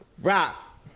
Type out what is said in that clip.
Rock